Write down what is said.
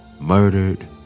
Murdered